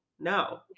No